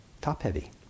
top-heavy